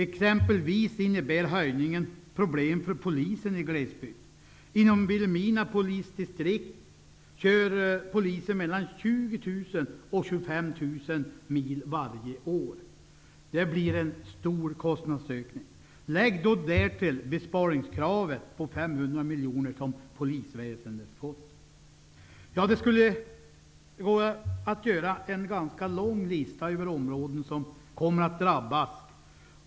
Höjningen innebär problem för t.ex. polisen i glesbygd. Inom Vilhelmina polisdistrikt kör polisen mellan 20 000 och 25 000 mil varje år, vilket gör att det blir en stor kostnadsökning. Lägg därtill besparingskravet på 500 miljoner, som polisväsendet har att uppfylla. Ja, det går nog att göra en ganska lång lista över områden som kommer att drabas.